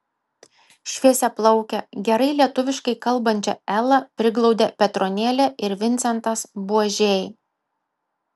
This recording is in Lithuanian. šviesiaplaukę gerai lietuviškai kalbančią elą priglaudė petronėlė ir vincentas buožiai